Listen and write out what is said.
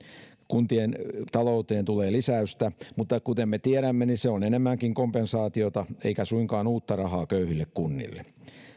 kuntien talouteen tulee lisäystä yksi pilkku yksi miljardia mutta kuten me tiedämme niin se on enemmänkin kompensaatiota eikä suinkaan uutta rahaa köyhille kunnille